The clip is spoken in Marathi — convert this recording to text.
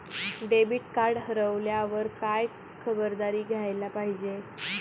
डेबिट कार्ड हरवल्यावर काय खबरदारी घ्यायला पाहिजे?